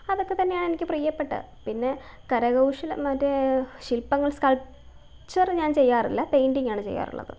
അതൊക്കെ തന്നെയാണെനിക്ക് പ്രിയപ്പെട്ടത് പിന്നെ കരകൗശലം മറ്റേ ശിൽപ്പങ്ങൾ സ്കൾപ്ചർ ഞാൻ ചെയ്യാറില്ല പൈൻറ്റിങ്ങാണ് ചെയ്യാറുള്ളത്